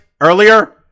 earlier